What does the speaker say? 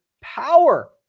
POWER